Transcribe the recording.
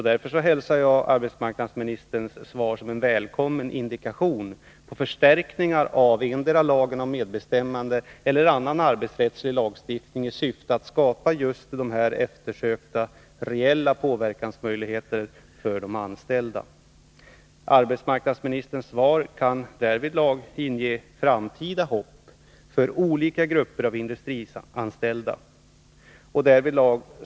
Därför hälsar jag arbetsmarknadsministerns svar som en välkommen indikation på förstärkning av endera lagen om medbestämmande eller annan arbetsrättslig lagstiftning i syfte att skapa just de här eftersökta reella möjligheterna för de anställda att påverka. Arbetsmarknadsministerns svar kan inge olika grupper av industrianställda hopp inför framtiden.